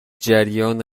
جریان